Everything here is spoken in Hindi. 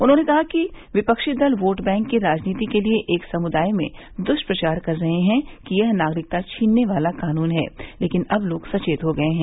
उन्होंने कहा कि विपक्षी दल वोट बैंक की राजनीति के लिए एक समुदाय में दुष्प्रचार कर रहे हैं कि यह नागरिकता छीनने वाला कानून है लेकिन अब लोग सचेत हो गए हैं